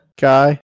guy